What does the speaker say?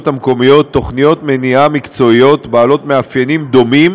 המקומיות תוכניות מניעה מקצועיות עם מאפיינים דומים,